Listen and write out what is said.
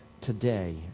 today